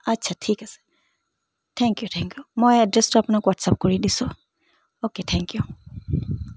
আচ্ছা ঠিক আছে থেংক ইউ থেংক ইউ মই এড্ৰেছটো আপোনাক হোৱাটছআপ কৰি দিছোঁ অ'কে থেংক ইউ